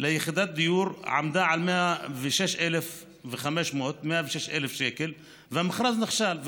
דיור עמדה על 106,500 שקל והמכרז נכשל,